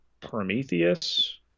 Prometheus